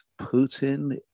Putin